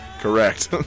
correct